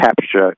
capture